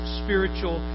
spiritual